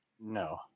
no